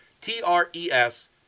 T-R-E-S